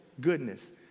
goodness